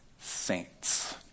saints